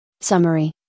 Summary